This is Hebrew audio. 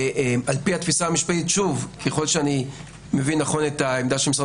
על פי התפיסה המשפטית ככל שאני מבין נכון את העמדה של משרד